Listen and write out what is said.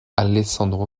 alessandro